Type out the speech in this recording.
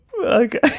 okay